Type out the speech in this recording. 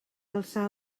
alçar